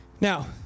Now